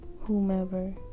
whomever